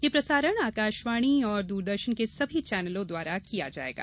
यह प्रसारण आकाशवाणी और दूरदर्शन के सभी चैनलों द्वारा किया जायेगा